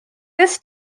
this